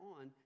on